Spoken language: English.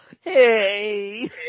Hey